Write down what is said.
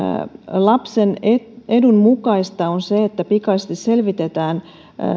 lapsen edun mukaista on se että pikaisesti selvitetään